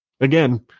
again